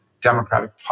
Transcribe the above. democratic